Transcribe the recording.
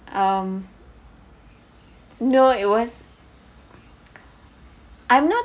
um no it was I'm not